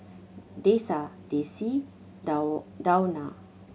Dessa Desi Dawna